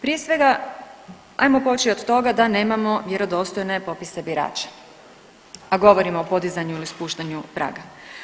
Prije svega ajmo poći od toga da nemamo vjerodostojne popise birača, a govorimo o podizanju ili spuštanju praga.